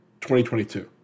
2022